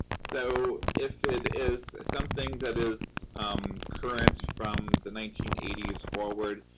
so, if it is something that is current from the nineteen eighty s forward,